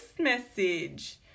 message